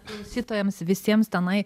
klausytojams visiems tenai